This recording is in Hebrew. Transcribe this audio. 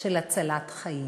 של הצלת חיים.